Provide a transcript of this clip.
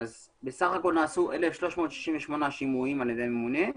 בסך הכול נעשו 1,368 שימועים על ידי הממונה,